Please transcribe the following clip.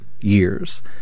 years—